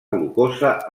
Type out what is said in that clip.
glucosa